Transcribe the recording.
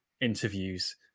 interviews